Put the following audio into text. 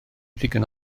ddigon